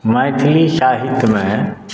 मैथिली साहित्यमे